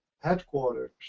headquarters